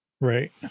Right